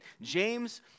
James